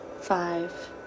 Five